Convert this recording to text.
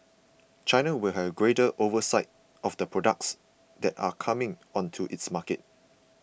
China will have greater oversight of the products that are coming onto its market